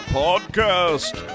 podcast